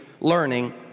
learning